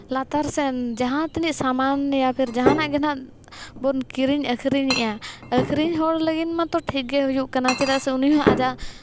ᱞᱟᱛᱟᱨ ᱥᱮᱱ ᱡᱟᱦᱟᱸ ᱛᱤᱱᱟᱹᱜ ᱥᱟᱢᱟᱱ ᱭᱟ ᱯᱷᱤᱨ ᱡᱟᱦᱟᱱᱟᱜ ᱜᱮ ᱱᱟᱦᱟᱜ ᱵᱚᱱ ᱠᱤᱨᱤᱧᱼᱟᱹᱠᱷᱨᱤᱧᱮᱫᱼᱟ ᱟᱹᱠᱷᱨᱤᱧ ᱦᱚᱲ ᱞᱟᱹᱜᱤᱫ ᱢᱟᱛᱚ ᱴᱷᱤᱠᱜᱮ ᱦᱩᱭᱩᱜ ᱠᱟᱱᱟ ᱪᱮᱫᱟᱜ ᱥᱮ ᱩᱱᱤᱦᱚᱸ ᱟᱡᱟᱜ